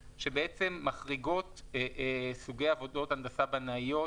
שמחריגות סוגי עבודות הנדסה בנאיות